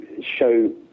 show